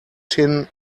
tin